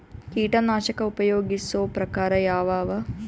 ಕೀಟನಾಶಕ ಉಪಯೋಗಿಸೊ ಪ್ರಕಾರ ಯಾವ ಅವ?